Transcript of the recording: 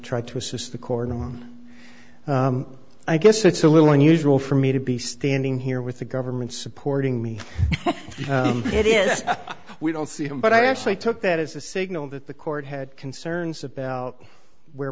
tried to assist the court and i guess it's a little unusual for me to be standing here with the government supporting me it is we don't see them but i actually took that as a signal that the court had concerns about where